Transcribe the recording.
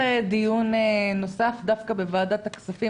אני אייצר דיון נוסף דווקא בוועדת הכספים